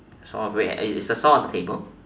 saw wait is is the saw on the table